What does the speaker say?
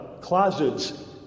closets